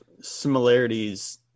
similarities